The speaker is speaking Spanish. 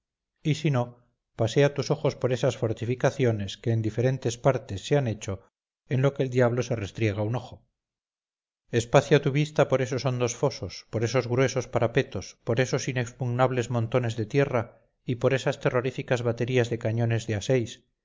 y si no pasea tus ojos por esas fortificaciones que en diferentes partes se han hecho en lo que el diablo se restriega un ojo esparcía tu vista por esos hondos fosos por esos gruesos parapetos por esos inexpugnables montones de tierra y por esas terroríficas baterías de cañones de a